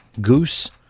Goose